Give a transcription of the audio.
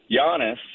Giannis